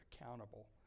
accountable